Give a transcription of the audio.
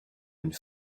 une